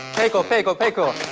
faker, faker, faker.